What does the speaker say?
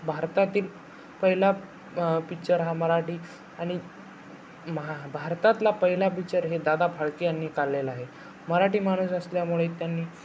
भारतातील पहिला पिच्चर हा मराठी आणि महा भारतातला पहिला पिच्चर हे दादा फाळके यांनी काढलेला आहे मराठी माणूस असल्यामुळे त्यांनी